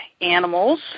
animals